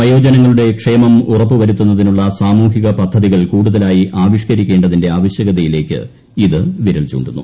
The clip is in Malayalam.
വയോജനങ്ങളുടെ ക്ഷേമം ഉറപ്പു വരുത്തുന്നത്തിനുള്ള സാമൂഹിക പദ്ധതികൾ കൂടുതലായി ആവിഷ്ക്കരിക്കേണ്ടതിന്റെ ആവശ്യകതയിലേക്ക് ഇത് വിരൽ ചൂണ്ടുന്നു